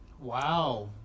Wow